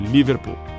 Liverpool